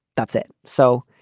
that's it. so.